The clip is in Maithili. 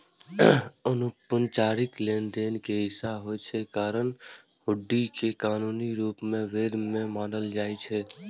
अनौपचारिक लेनदेन के हिस्सा होइ के कारण हुंडी कें कानूनी रूप सं वैध नै मानल जाइ छै